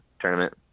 tournament